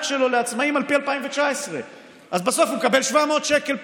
שלו לעצמאים על פי 2019. אז בסוף הוא מקבל 700 שקל פיצוי.